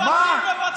אבל מה,